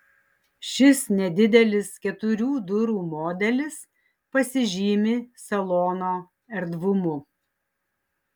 šis nedidelis keturių durų modelis pasižymi salono erdvumu